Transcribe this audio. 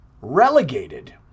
relegated